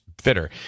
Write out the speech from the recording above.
fitter